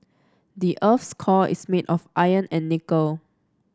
the earth's core is made of iron and nickel